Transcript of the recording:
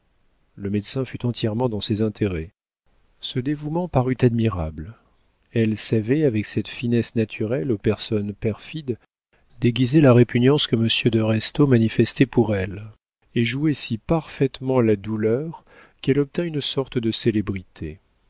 le médecin fut entièrement dans ses intérêts ce dévouement parut admirable elle savait avec cette finesse naturelle aux personnes perfides déguiser la répugnance que monsieur de restaud manifestait pour elle et jouait si parfaitement la douleur qu'elle obtint une sorte de célébrité